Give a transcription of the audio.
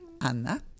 Anna